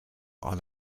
are